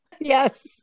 Yes